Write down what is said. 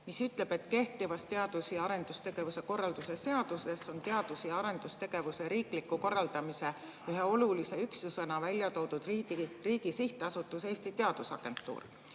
mis ütleb, et kehtivas teadus- ja arendustegevuse korralduse seaduses on teadus- ja arendustegevuse riikliku korraldamise ühe olulise üksusena välja toodud riigi sihtasutus Eesti Teadusagentuur.